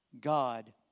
God